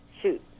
Shoot